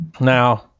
Now